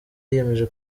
yiyemeje